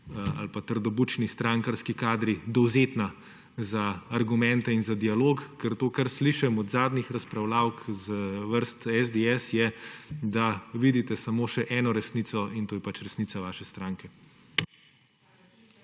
ali pa trdobučni strankarski kader dovzetna za argumente in za dialog, ker to, kar slišim od zadnjih razpravljavk iz vrst SDS, je, da vidite samo še eno resnico - in to je resnica vaše stranke.